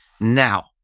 Now